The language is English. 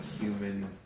human